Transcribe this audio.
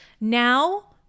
Now